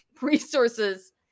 resources